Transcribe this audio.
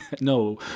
No